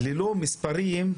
ללא מספרים,